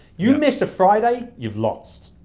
you miss a friday, you've lost.